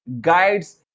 guides